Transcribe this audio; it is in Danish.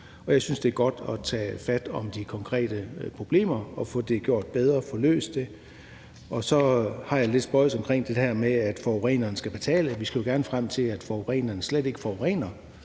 jeg synes, det er godt at tage fat om de konkrete problemer og få det gjort bedre og få det løst. Så har jeg det lidt spøjst omkring det her med, at forureneren skal betale. For vi skal jo gerne frem til, at forureneren slet ikke forurener,